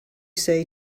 say